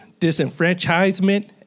disenfranchisement